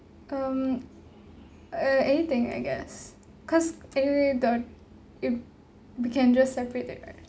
um uh anything I guess cause anyway the if we can just separate that right